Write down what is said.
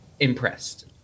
impressed